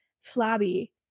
flabby